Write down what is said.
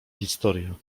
historia